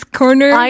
corner